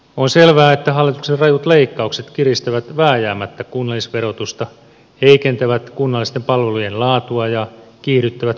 on selvää että hallituksen rajut leikkaukset kiristävät vääjäämättä kunnallisverotusta heikentävät kunnallisten palvelujen laatua ja kiihdyttävät kuntakentän velkaantumista